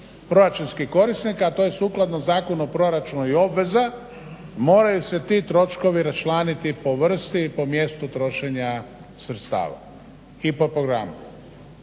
proračunskih korisnika a to je sukladno Zakonu o proračunu i obveza moraju se ti troškovi raščlaniti po vrsti i po mjestu trošenja sredstava i po programu.